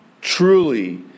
Truly